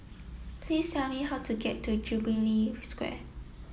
please tell me how to get to Jubilee Square